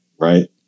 Right